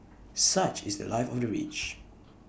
such is The Life of the rich